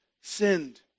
sinned